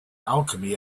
alchemy